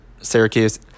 Syracuse